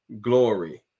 glory